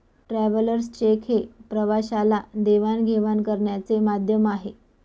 travellers cheque हे प्रवाशाला देवाणघेवाण करण्याचे माध्यम आहे